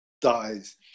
dies